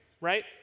right